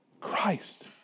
Christ